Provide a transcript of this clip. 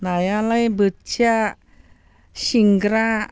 नायालाय बोथिया सिंग्रा